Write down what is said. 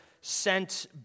sent